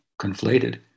conflated